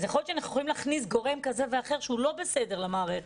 אז יכול להיות שאנחנו יכולים להכניס גורם כזה ואחר שהוא לא בסדר למערכת.